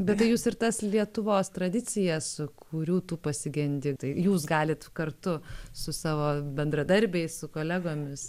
bet tai jūs ir tas lietuvos tradicijas kurių tu pasigendi tai jūs galit kartu su savo bendradarbiais su kolegomis